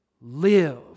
live